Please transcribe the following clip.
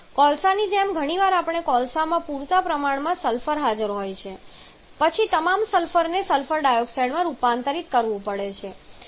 કોલસાની જેમ ઘણી વાર આપણે કોલસામાં પૂરતા પ્રમાણમાં સલ્ફર હાજર હોય છે પછી તમામ સલ્ફરને સલ્ફર ડાયોક્સાઇડમાં પણ રૂપાંતરિત કરવું પડે છે